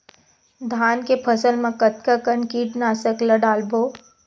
धान के फसल मा कतका कन कीटनाशक ला डलबो?